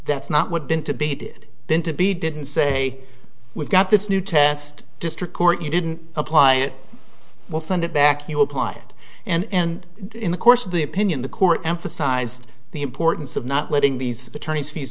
that's not what bin to be did then to be didn't say we've got this new test district court you didn't apply it we'll send it back you applied and in the course of the opinion the court emphasized the importance of not letting these attorneys